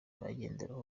bagenderaho